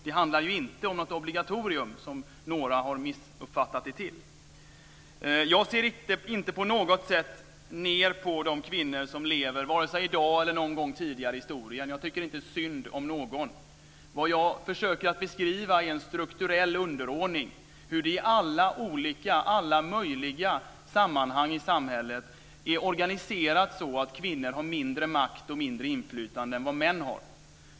Det handlar alltså inte om ett obligatorium som några har uppfattat det. Jag ser inte på något sätt ned på de kvinnor som lever i dag och som har levt någon gång i historien. Jag tycker inte synd om någon. Vad jag försöker att beskriva är en strukturell underordning, hur det i alla möjliga sammanhang i samhället är organiserat så att kvinnor har mindre makt och mindre inflytande än vad män har.